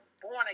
born